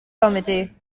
committee